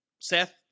Seth